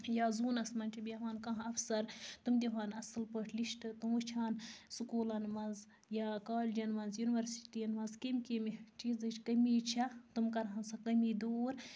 یا زوٗنَس منٛز چھِ بہوان کانٛہہ اَفسَر تم دِہَن اصٕل پٲٹھۍ لِسٹہٕ تِم وٕچھِ ہَن سُکوٗلَن منٛز یا کالجَن منٛز یا یونِوَرسٹی یَن منٛز کٔمۍ کٔمۍ چیٖزٕچھ کٔمی چھےٚ تم کَرٕہَن سۄ کٔمی دوٗر